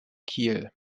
kiel